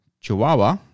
Chihuahua